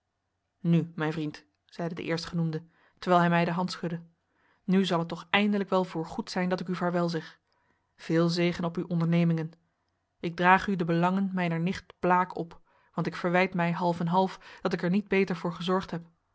nu mijn vriend zeide de eerstgenoemde terwijl hij mij de hand schudde nu zal het toch eindelijk wel voor goed zijn dat ik u vaarwel zeg veel zegen op uw ondernemingen ik draag u de belangen mijner nicht blaek op want ik verwijt mij half en half dat ik er niet beter voor gezorgd heb